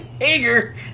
Hager